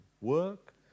Work